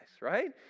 right